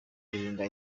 kwirinda